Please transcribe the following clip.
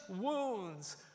wounds